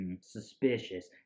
suspicious